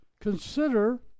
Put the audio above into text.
consider